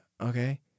Okay